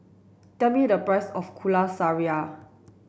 tell me the price of Kuih Syara